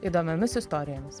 įdomiomis istorijomis